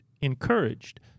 encouraged